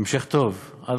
המשך יבוא, מה שנקרא.